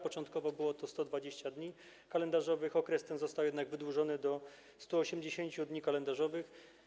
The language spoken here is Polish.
Początkowo było to 120 dni kalendarzowych, okres ten został jednak wydłużony do 180 dni kalendarzowych.